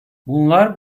bunlar